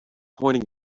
pointing